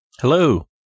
Hello